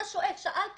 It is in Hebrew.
אתה שאלת